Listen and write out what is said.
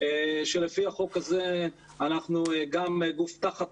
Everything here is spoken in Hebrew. שלפי החוק הזה אנחנו גם גוף תחת